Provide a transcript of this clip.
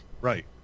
Right